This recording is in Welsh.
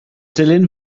dilyn